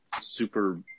super